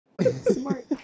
Smart